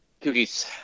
Cookies